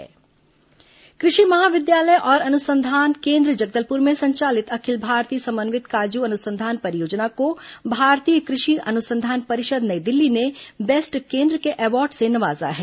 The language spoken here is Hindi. काजू परियोजना अवॉर्ड कृषि महाविद्यालय और अनुसंधान केन्द्र जगदलपुर में संचालित अखिल भारतीय समन्वित काजू अनुसंधान परियोजना को भारतीय कृषि अनुसंधान परिषद नई दिल्ली ने बेस्ट केन्द्र के अवॉर्ड से नवाजा है